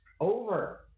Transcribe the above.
over